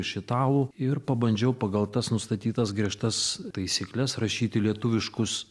iš italų ir pabandžiau pagal tas nustatytas griežtas taisykles rašyti lietuviškus